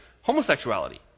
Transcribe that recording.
homosexuality